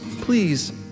Please